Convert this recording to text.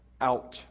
out